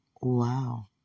Wow